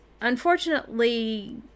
unfortunately